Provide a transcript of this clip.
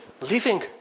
living